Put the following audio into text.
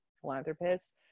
philanthropist